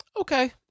okay